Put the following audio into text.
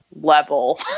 level